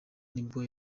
nibwo